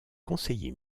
conseiller